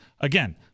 Again